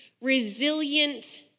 resilient